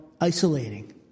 isolating